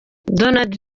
donald